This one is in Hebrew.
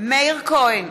מאיר כהן,